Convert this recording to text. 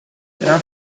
gra